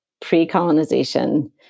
pre-colonization